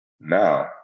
now